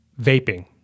Vaping